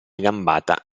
gambata